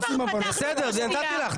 בסדר, נתתי לך.